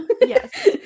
yes